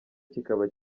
kikaba